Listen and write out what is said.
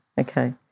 okay